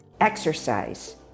exercise